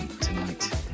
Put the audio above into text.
tonight